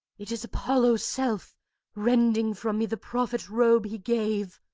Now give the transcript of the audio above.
it is apollo's self rending from me the prophet-robe he gave